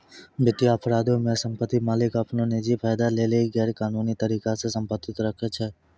वित्तीय अपराधो मे सम्पति मालिक अपनो निजी फायदा लेली गैरकानूनी तरिका से सम्पति राखै छै